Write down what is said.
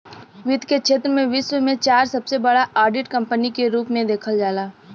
वित्त के क्षेत्र में विश्व में चार सबसे बड़ा ऑडिट कंपनी के रूप में देखल जाला